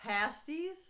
Pasties